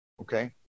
Okay